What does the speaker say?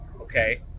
okay